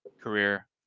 career